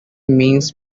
means